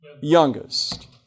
youngest